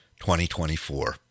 2024